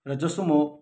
र जस्तो म